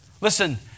Listen